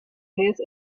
face